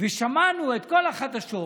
ושמענו את כל החדשות,